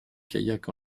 kayak